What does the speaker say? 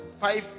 Five